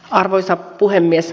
arvoisa puhemies